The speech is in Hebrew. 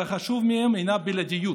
והחשוב מהם הוא הבלעדיות.